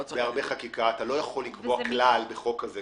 אתה לא יכול לקבוע כלל בחוק הזה,